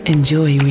Enjoy